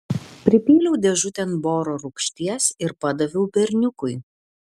pripyliau dėžutėn boro rūgšties ir padaviau berniukui